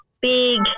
big